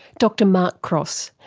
dr mark cross,